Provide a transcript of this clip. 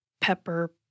pepper